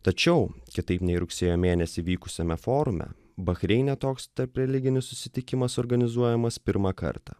tačiau kitaip nei rugsėjo mėnesį vykusiame forume bahreine toks tarp religinių susitikimas organizuojamas pirmą kartą